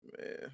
Man